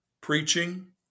preaching